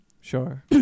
sure